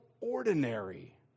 ordinary